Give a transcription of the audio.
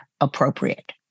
appropriate